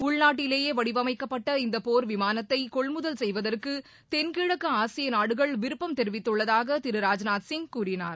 உள்நாட்டிலேயே வடிவமைக்கப்பட்ட இந்த போர் விமானத்தை கொள்முதல் செய்வதற்கு தென்கிழக்கு ஆசிய நாடுகள் விருப்பம் தெரிவித்துள்ளதாக திரு ராஜ்நாத் சிங் கூறினார்